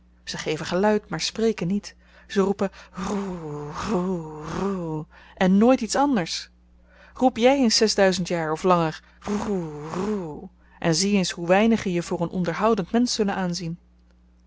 ze geven geluid maar spreken niet ze roepen hrroe hrroe hrroe en nooit iets anders roep jy eens zesduizend jaar of langer hrroe hrroe en zie eens hoe weinigen je voor een onderhoudend mensch zullen aanzien